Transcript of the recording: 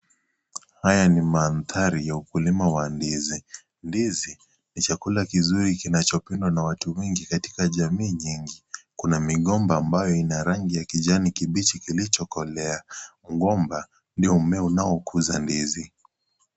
Haya ni mandari ya ukulima wa ndizi, ndizi ni chakula kizuri kinachopendwa na watu wengi katika jamii nyingi, kuna migomba ambayo ina rangi ya kijani kibichi kilicho kolea mgomba uliommea unaokuza ndizi.